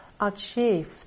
achieved